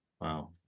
Wow